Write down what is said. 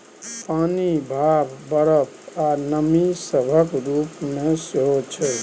पानि, भाप, बरफ, आ नमी सभक रूप मे सेहो छै